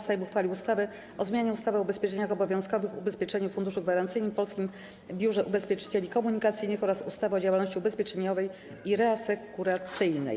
Sejm uchwalił ustawę o zmianie ustawy o ubezpieczeniach obowiązkowych, Ubezpieczeniowym Funduszu Gwarancyjnym i Polskim Biurze Ubezpieczycieli Komunikacyjnych oraz ustawy o działalności ubezpieczeniowej i reasekuracyjnej.